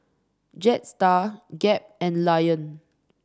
Jetstar Gap and Lion